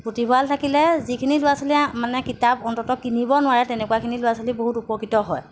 পুথিভঁৰাল থাকিলে যিখিনি ল'ৰা ছোৱালীয়ে মানে কিতাপ অন্ততঃ কিনিব নোৱাৰে তেনেকুৱাখিনি ল'ৰা ছোৱালী বহুত উপকৃত হয়